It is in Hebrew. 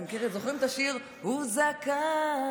אתם זוכרים את השיר "הוא זכאי"?